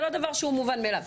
זה לא דבר מובן מאליו.